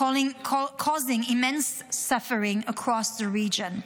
causing immense suffering across the region.